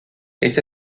est